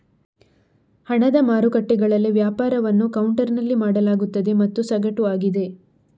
ಹಣದ ಮಾರುಕಟ್ಟೆಗಳಲ್ಲಿ ವ್ಯಾಪಾರವನ್ನು ಕೌಂಟರಿನಲ್ಲಿ ಮಾಡಲಾಗುತ್ತದೆ ಮತ್ತು ಸಗಟು ಆಗಿದೆ